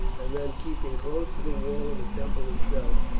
and then keeping close to the wall of the temple itself,